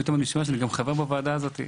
ופתאום אני שומע שאני גם חבר בוועדה הזאת.